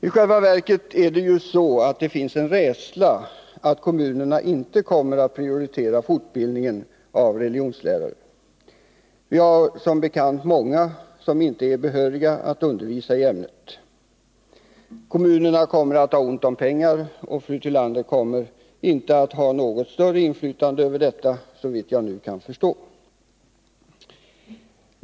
I själva verket finns det ju en rädsla för att kommunerna inte kommer att att stärka religions att stärka religionsundervisningen i skolan prioritera fortbildning av religionslärare. Vi har som bekant många religionslärare som inte är behöriga att undervisa i ämnet. Kommunerna kommer att ha ont om pengar, och fru Tillander kommer inte att ha något större inflytande över detta, såvitt jag nu kan förstå.